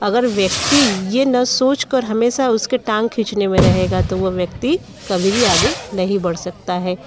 अगर व्यक्ति ये न सोच कर हमेशा उसकी टांग खींचने में रहेगा तो वो व्यक्ति कभी भी आगे नहीं बढ़ सकता है